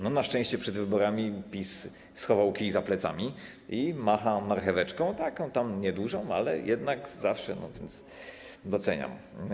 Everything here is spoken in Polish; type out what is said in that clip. Na szczęście przed wyborami PiS schował kij za plecami i macha marcheweczką, taką tam niedużą, ale jednak zawsze, więc doceniam.